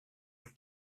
avec